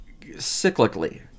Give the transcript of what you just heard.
cyclically